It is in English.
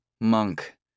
monk